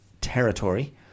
territory